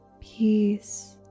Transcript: peace